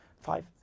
five